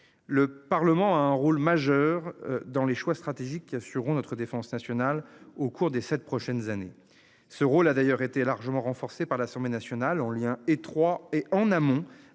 Le Parlement a un rôle majeur dans les choix stratégiques qui assureront notre défense nationale au cours des 7 prochaines années. Ce rôle a d'ailleurs été largement renforcé par l'Assemblée nationale en lien étroit et en amont